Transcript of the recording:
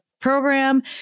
program